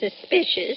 suspicious